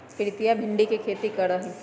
प्रीतिया भिंडी के खेती करा हई